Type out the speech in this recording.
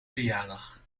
verjaardag